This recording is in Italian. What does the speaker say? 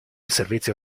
servizio